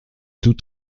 tout